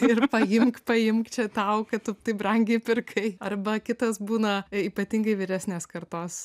ir paimk paimk čia tau kad tu taip brangiai pirkai arba kitas būna ypatingai vyresnės kartos